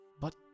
But